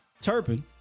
Turpin